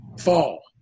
Fall